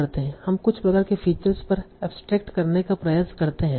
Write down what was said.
हम कुछ प्रकार के फीचर्स पर एब्सट्रैक्ट करने का प्रयास करते हैं